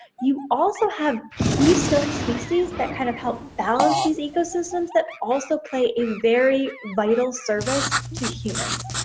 you also have keystones species that kind of help balance these ecosystems that also play a very vital service to humans.